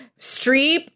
Streep